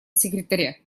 секретаря